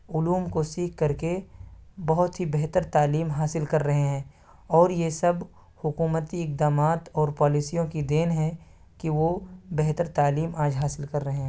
علوم کو سیکھ کر کے بہت ہی بہتر تعلیم حاصل کر رہے ہیں اور یہ سب حکومتی اقدامات اور پالیسیوں کی دین ہے کہ وہ بہتر تعلیم آج حاصل کر رہے ہیں